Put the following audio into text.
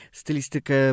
stylistykę